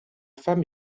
femme